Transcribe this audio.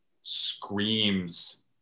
screams